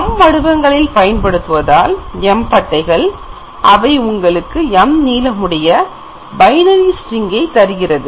m வடிவங்களில் பயன்படுத்துவதால் m பட்டைகள் அவை உங்களுக்கு m நீளமுடைய பைனரி சிங்கை தருகிறது